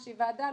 שהיא ועדה,